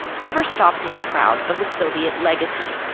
never stopped being proud of the soviet legacy